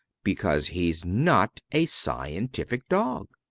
because he's not a scientific dog.